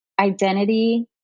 identity